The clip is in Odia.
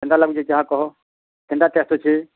କେନ୍ତା ଲାଗୁଛି ଚାହା କହ କେନ୍ତା ଟେଷ୍ଟ ଅଛି